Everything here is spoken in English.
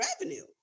revenue